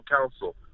counsel